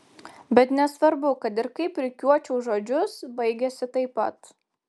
bet nesvarbu kad ir kaip rikiuočiau žodžius baigiasi taip pat